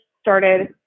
started